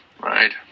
Right